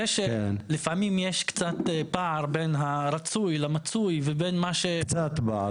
זה שלפעמים יש קצת פער בין הרצוי למצוי ולבין מה --- קצת פער,